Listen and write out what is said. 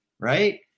right